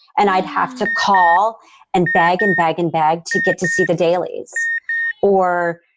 and i'd have to call and beg and beg and bag to get to see the dailies or.